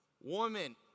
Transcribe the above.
Woman